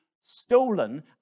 stolen